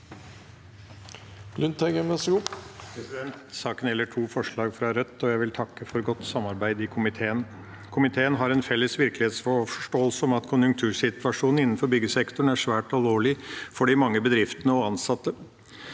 (ordfører for saken): Saken gjelder to forslag fra Rødt, og jeg vil takke for godt samarbeid i komiteen. Komiteen har en felles virkelighetsforståelse av at konjunktursituasjonen innenfor byggesektoren er svært alvorlig for de mange bedriftene og ansatte.